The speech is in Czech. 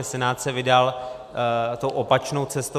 Senát se vydal tou opačnou cestou.